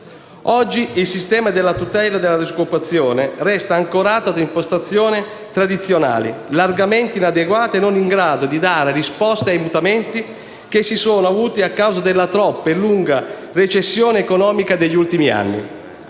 Oggi il sistema della tutela della disoccupazione resta ancorato a impostazioni tradizionali, largamente inadeguate e non in grado di dare risposte ai mutamenti che si sono avuti a causa della troppo lunga recessione economica degli ultimi anni.